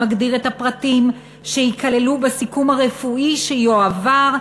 שמגדיר את הפרטים שייכללו בסיכום הרפואי שיועבר,